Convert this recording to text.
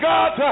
God